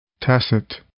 Tacit